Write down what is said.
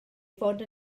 fod